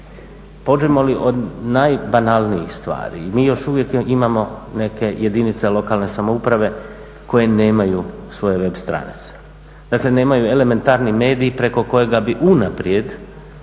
Pođemo li od najbanalnijih stvari mi još uvijek imamo neke jedinice lokalne samouprave koje nemaju svoje web stranice. Dakle, nemaju elementarni medij preko kojega bi unaprijed